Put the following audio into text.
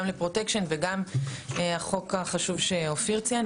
לפרוטקשן וגם לנושא החשוב שאופיר ציין.